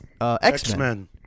X-Men